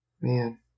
Man